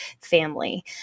family